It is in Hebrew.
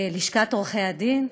לשכת עורכי-הדין?